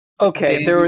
Okay